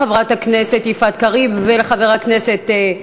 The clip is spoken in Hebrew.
לחברת הכנסת יפעת קריב ולחבר הכנסת,